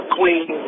Queen